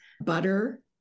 butter